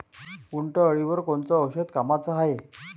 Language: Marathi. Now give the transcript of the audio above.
उंटअळीवर कोनचं औषध कामाचं हाये?